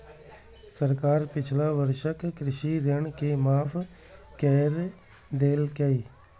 सरकार पिछला वर्षक कृषि ऋण के माफ कैर देलकैए